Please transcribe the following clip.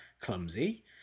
clumsy